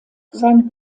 sein